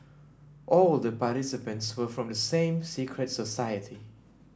all the participants were from the same secret society